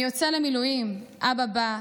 אני יוצא למילואים / אבא בא,